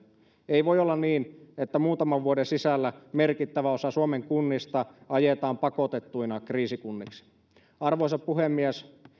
ei voi olla niin että muutaman vuoden sisällä merkittävä osa suomen kunnista ajetaan pakotettuina kriisikunniksi arvoisa puhemies